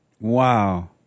Wow